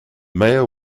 meyer